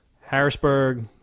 Harrisburg